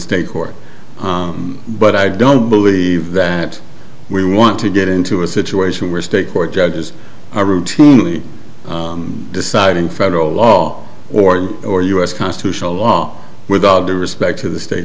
state court but i don't believe that we want to get into a situation where state court judges are routinely deciding federal law order or us constitutional law with all due respect to the state